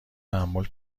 تحمل